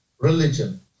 religion